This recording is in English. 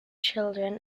children